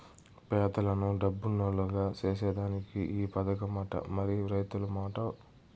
పేదలను డబ్బునోల్లుగ సేసేదానికే ఈ పదకమట, మరి రైతుల మాటో